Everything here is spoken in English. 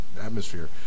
atmosphere